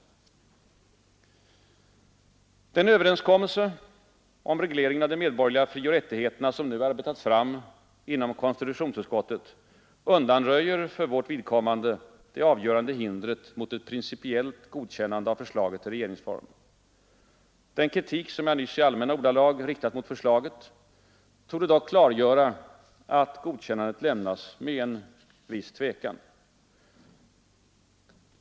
Den överenskommelse om regleringen av de medborgerliga frioch rättigheterna som nu arbetats fram inom konstitutionsutskottet undan röjer för vårt vidkommande det avgörande hindret mot ett principiellt godkännande av förslaget till regeringsform. Den kritik som jag nyss i allmänna ordalag riktat mot förslaget torde dock klargöra att godkännandet lämnas med en viss tvekan.